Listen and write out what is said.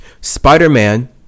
Spider-Man